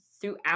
throughout